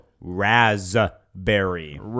raspberry